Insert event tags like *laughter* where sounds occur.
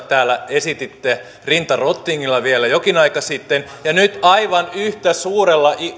*unintelligible* täällä esititte rinta rottingilla vielä jokin aika sitten ja nyt aivan yhtä suurella